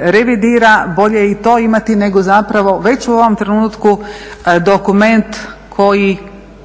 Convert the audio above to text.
revidira, bolje i to imati nego zapravo već u ovom trenutku dokument koji